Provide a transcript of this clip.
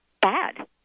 bad